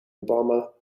obama